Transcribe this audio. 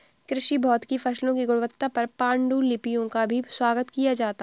कृषि भौतिकी फसलों की गुणवत्ता पर पाण्डुलिपियों का भी स्वागत किया जाता है